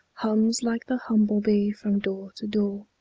hums like the humble-bee from door to door,